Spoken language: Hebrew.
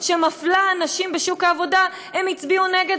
שמפלה אנשים בשוק העבודה הם הצביעו נגד,